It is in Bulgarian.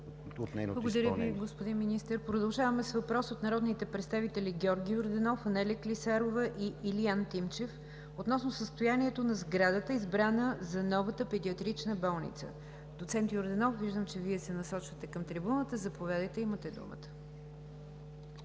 от нейното изпълнение.